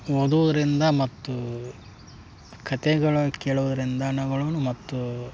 ಓದೂರಿಂದ ಮತ್ತು ಕತೆಗಳ ಕೇಳೂರಿಂದನಗಳುನು ಮತ್ತು